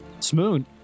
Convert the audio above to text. Smoon